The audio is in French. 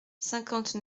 cinquante